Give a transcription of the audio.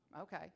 Okay